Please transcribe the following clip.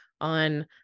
on